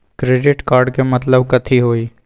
Credit card के मतलब कथी होई?